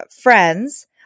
friends